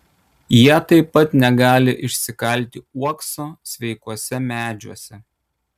jie taip pat negali išsikalti uokso sveikuose medžiuose